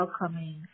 welcoming